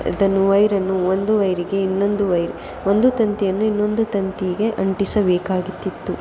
ಇದನ್ನು ವೈರನ್ನು ಒಂದು ವೈರಿಗೆ ಇನ್ನೊಂದು ವೈರ್ ಒಂದು ತಂತಿಯನ್ನು ಇನ್ನೊಂದು ತಂತಿಗೆ ಅಂಟಿಸಬೇಕಾಗುತ್ತಿತ್ತು